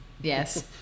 Yes